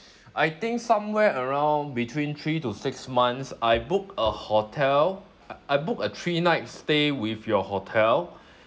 I think somewhere around between three to six months I booked a hotel uh I booked a three night stay with your hotel